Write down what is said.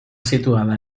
situada